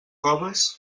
coves